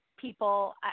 People